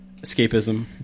escapism